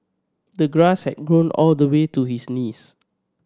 the grass had grown all the way to his knees